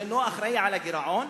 ואינו אחראי לגירעון,